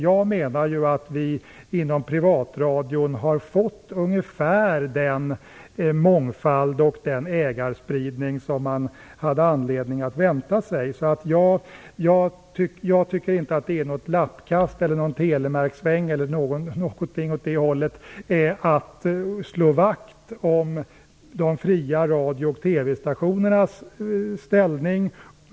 Jag menar att vi inom privatradion har fått ungefär den mångfald och den ägarspridning som man hade anledning att vänta sig. Jag tycker inte att det är något lappkast, någon telemarkssväng eller något åt det hållet att slå vakt om de fria radio och TV-stationernas ställning.